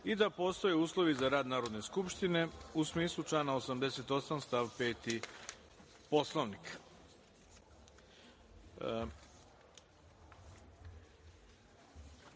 i da postoje uslovi za rad Narodne skupštine, u smislu člana 88. stav 5. Poslovnika. Da